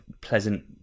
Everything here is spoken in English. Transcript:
pleasant